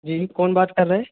जी कौन बात कर रहे हैं